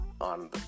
on